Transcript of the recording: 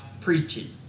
preaching